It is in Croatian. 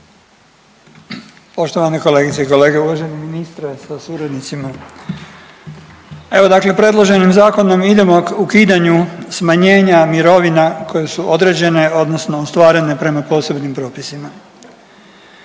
Poštovane kolegice i kolege, uvaženi ministre sa suradnicima. Evo dakle predloženim zakonom idemo ukidanju smanjenja mirovina koje su određene, odnosno ostvarene prema posebnim propisima.